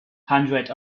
hundreds